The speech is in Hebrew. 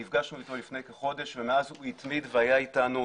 נפגשנו אתו לפני כחודש ומאז הוא התמיד והיה אתנו.